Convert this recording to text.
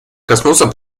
коснуться